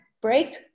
break